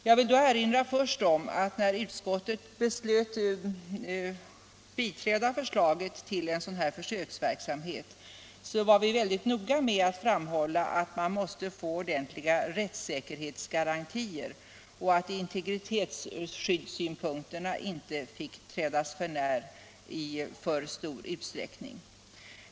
Jag vill först erinra om att utskottet när vi beslöt biträda förslaget till försöksverksamhet var mycket noga med att framhålla att man måste få ordentliga rättssäkerhetsgarantier och att integritetsskyddet inte i för stor utsträckning fick trädas för när.